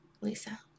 Lisa